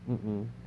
mm mm